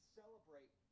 celebrate